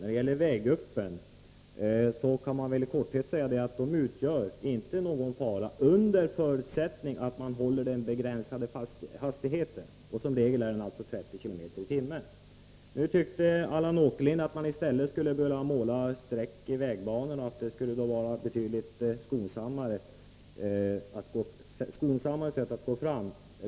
När det gäller vägguppen kan man i korthet säga att de inte utgör någon fara, under förutsättning att man håller den begränsade hastigheten, som i regel är 30 km/tim. Nu tycker Allan Åkerlind att man i stället skulle måla streck i vägbanorna, att det skulle vara ett betydligt skonsammare sätt.